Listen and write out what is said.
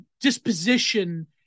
disposition